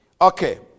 Okay